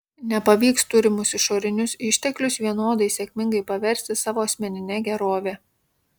nepavyks turimus išorinius išteklius vienodai sėkmingai paversti savo asmenine gerove